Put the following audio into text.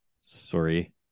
Sorry